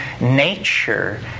Nature